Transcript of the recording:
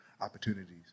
opportunities